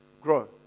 grow